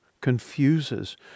confuses